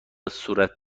صورت